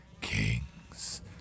kings